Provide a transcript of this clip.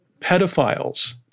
pedophiles